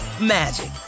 magic